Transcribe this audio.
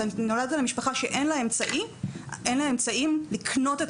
אתה נולדת למשפחה שאין לה אמצעים לקנות את